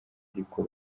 ariko